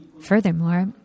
Furthermore